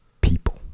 People